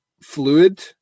fluid